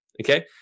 okay